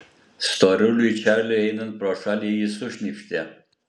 storuliui čarliui einant pro šalį jis sušnypštė